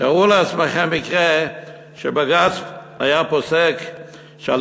תארו לעצמכם מקרה שבג"ץ היה פוסק שעל